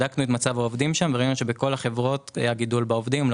בדקנו את מצב העובדים שם וראינו שבכל החברות היה גידול במספר העובדים.